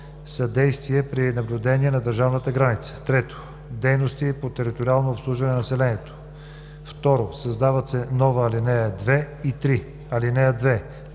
съдействие при наблюдение на държавната граница; 3. дейности по териториално обслужване на населението.“ 2. Създават се нови ал. 2 и 3: „(2)